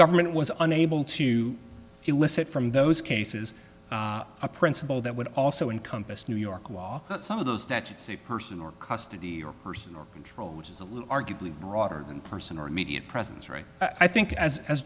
government was unable to elicit from those cases a principle that would also encompasses new york law that some of those statutes a person or custody or person or control which is a little arguably broader than person or immediate presence right i think as as